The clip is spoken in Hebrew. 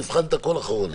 נבחן את הכול אחורנית.